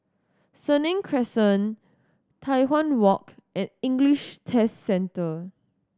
Senang Crescent Tai Hwan Walk and English Test Centre